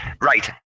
right